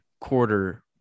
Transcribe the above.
quarter